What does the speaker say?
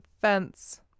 fence